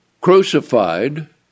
crucified